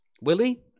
Willie